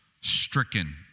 stricken